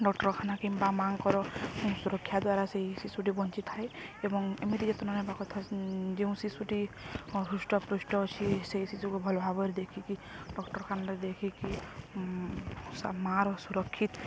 ଡାକ୍ତରଖାନା କିମ୍ବା ମାଆଙ୍କର ସୁରକ୍ଷା ଦ୍ୱାରା ସେଇ ଶିଶୁଟି ବଞ୍ଚିଥାଏ ଏବଂ ଏମିତି ଯତ୍ନ ନେବା କଥା ଯେଉଁ ଶିଶୁଟି ହୃଷ୍ଟପୃଷ୍ଟ ଅଛି ସେ ଶିଶୁକୁ ଭଲ ଭାବରେ ଦେଖିକି ଡାକ୍ତରଖାନାରେ ଦେଖିକି ମାଆର ସୁରକ୍ଷିତ